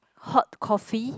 hot coffee